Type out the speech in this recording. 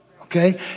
okay